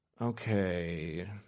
Okay